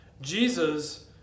Jesus